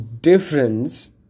difference